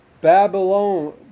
Babylon